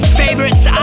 favorites